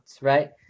right